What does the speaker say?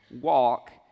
walk